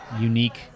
unique